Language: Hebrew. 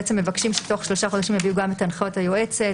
בעצם מבקשים שתוך שלושה חודשים יביאו גם את הנחיות היועצת,